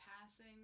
passing